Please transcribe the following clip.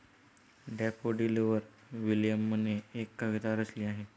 डॅफोडिलवर विल्यमने एक कविता रचली आहे